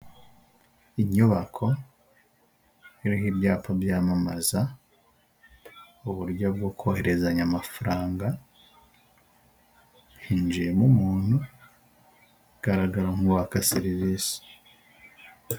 Inyubako iriho ibyapa byamamaza uburyo bwo kohererezanya amafaranga, hinjiyemo umuntu ugaragara nk'uwaka serivisi.